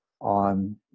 on